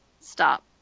stop